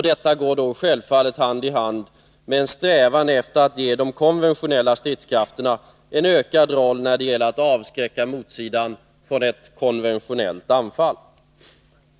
Detta går självfallet hand i hand med en strävan efter att ge de konventionella stridskrafterna en ökad roll när det gäller att avskräcka motståndarsidan från ett konventionellt anfall.